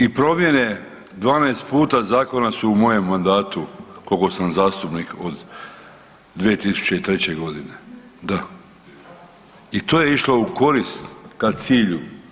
I promjene 12 puta zakona su u mojem mandatu koliko sam zastupnik od 2003. godine, da i to je išlo u korist ka cilju.